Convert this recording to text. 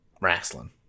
wrestling